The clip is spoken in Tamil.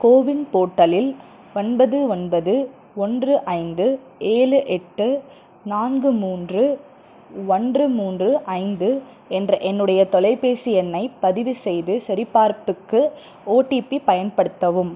கோவின் போர்ட்டலில் ஒன்பது ஒன்பது ஒன்று ஐந்து ஏழு எட்டு நான்கு மூன்று ஒன்று மூன்று ஐந்து என்ற என்னுடைய தொலைபேசி எண்ணைப் பதிவு செய்து சரிபார்ப்புக்கு ஓடிபி பயன்படுத்தவும்